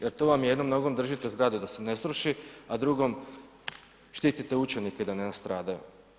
Jer tu vam je jednom nogom držite zgradu da se ne sruši, a drugom štitite učenike da ne nastradaju.